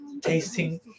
tasting